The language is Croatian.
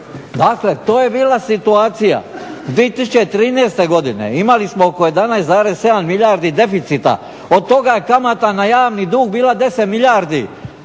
Dakle, to je bila situacija. 2013. godine imali smo oko 11,7 milijardi deficita. Od toga je kamata na javni dug bila 10 milijardi